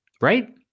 right